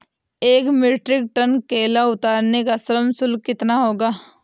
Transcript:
एक metric ton केला उतारने का श्रम शुल्क कितना होगा?